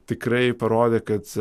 tikrai parodė kad